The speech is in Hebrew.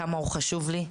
כמה הוא חשוב לי,